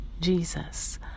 Jesus